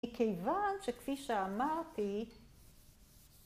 כי כיוון שכפי שאמרתי...